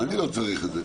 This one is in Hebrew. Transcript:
אני לא צריך את זה.